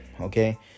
Okay